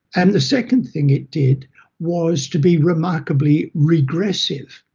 and the second thing it did was to be remarkably regressive.